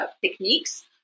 techniques